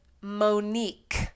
Monique